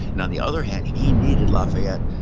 and on the other hand, he needed lafayette.